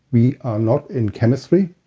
we are not in chemistry.